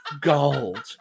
gold